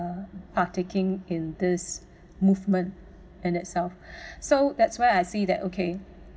uh partaking in this movement and itself so that's why I see that okay